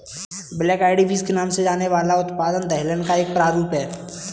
black eyed beans के नाम से जाना जाने वाला उत्पाद दलहन का एक प्रारूप है